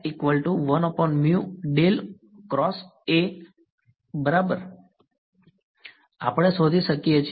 વિદ્યાર્થી આપણે શોધી શકીએ છીએ